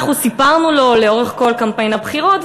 אנחנו סיפרנו לו לאורך כל קמפיין הבחירות,